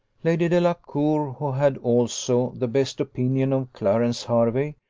lady delacour, who had also the best opinion of clarence hervey,